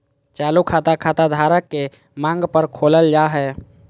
चालू खाता, खाता धारक के मांग पर खोलल जा हय